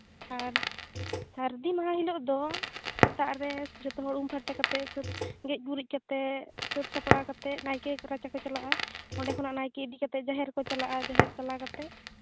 ᱟᱨ ᱥᱟᱹᱨᱫᱤ ᱢᱟᱦᱟ ᱦᱤᱞᱳᱜ ᱫᱚ ᱥᱮᱛᱟᱜ ᱨᱮ ᱡᱚᱛᱚ ᱦᱚᱲ ᱩᱢ ᱯᱷᱟᱨᱪᱟ ᱠᱟᱛᱮ ᱥᱟᱹᱛ ᱜᱮᱡ ᱜᱩᱨᱤᱡ ᱠᱟᱛᱮ ᱥᱟᱹᱛ ᱥᱟᱯᱲᱟᱣ ᱠᱟᱛᱮ ᱱᱟᱭᱠᱮ ᱨᱟᱪᱟ ᱠᱚ ᱪᱟᱞᱟᱜᱼᱟ ᱚᱸᱰᱮ ᱠᱷᱚᱱᱟᱜ ᱱᱟᱭᱠᱮ ᱤᱫᱤ ᱠᱟᱛᱮ ᱡᱟᱦᱮᱨ ᱨᱮᱠᱚ ᱪᱟᱞᱟᱜᱼᱟ ᱡᱟᱦᱮᱨ ᱪᱟᱞᱟᱣ ᱠᱟᱛᱮ